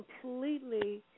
completely